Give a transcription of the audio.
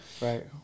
Right